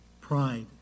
Pride